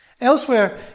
Elsewhere